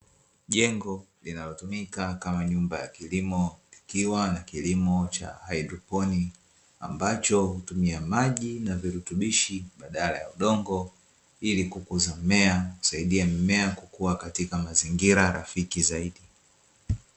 Jengo linalotumika kama nyumba ya kiimo likiwa ni kilimo cha haidroponi ambacho hutumia maji na virutubisho badala ya udongo ili kukuza mimea, husaidia mimea kukua katika mazingira rafiki.